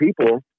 people